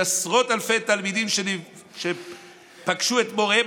"יש עשרות אלפי תלמידים שפגשו את מוריהם.